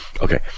okay